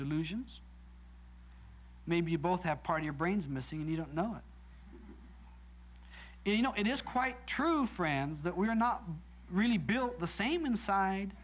delusions maybe both have part of your brain's missing and you don't know if you know it is quite true friends that we're not really built the same inside